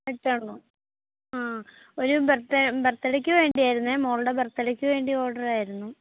rate ആ ഒരു ബർത്ത്ഡേയ്ക്ക് വേണ്ടിയായിരുന്നു മോളുടെ ബർത്ത്ഡേക്ക് വേണ്ടിയുള്ള ഓർഡർ ആയിരുന്നു